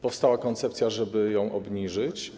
Powstała koncepcja, żeby ją obniżyć.